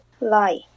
lie